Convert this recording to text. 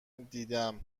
دیدم